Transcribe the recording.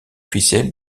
officiel